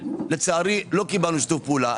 לצערי לא קיבלנו שיתוף פעולה.